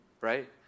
right